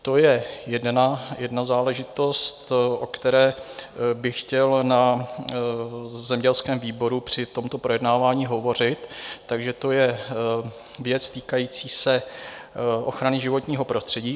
To je jedna záležitost, o které bych chtěl na zemědělském výboru při tomto projednávání hovořit, takže to je věc týkající se ochrany životního prostředí.